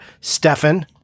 Stefan